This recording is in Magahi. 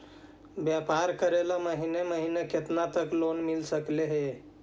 व्यापार करेल महिने महिने केतना तक लोन मिल सकले हे?